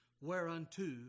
whereunto